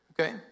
Okay